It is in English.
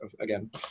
again